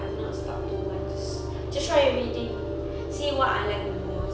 I'm not stuck to one just just try everything see what I like the most